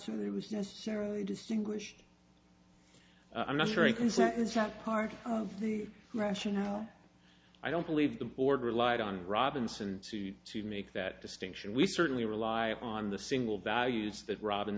so that it was necessary distinguished i'm not sure i can say is not part of the rationale i don't believe the board relied on robinson and c to make that distinction we certainly rely on the single values that robin